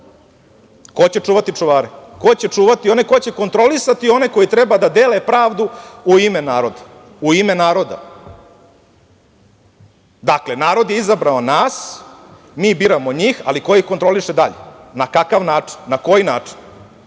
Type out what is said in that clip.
ko će čuvati čuvare? Ko će kontrolisati one koji treba da dele pravdu u ime naroda? Dakle, narod je izabrao nas, mi biramo njih, ali ko ih kontroliše dalje? Na kakav način? Na koji način? Znate,